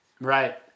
Right